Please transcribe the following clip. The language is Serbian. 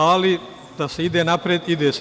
Ali, da se ide napred, ide se.